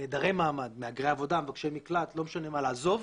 נעדרי מעמד, מהגרי עבודה, מבקשי מקלט, לעזוב.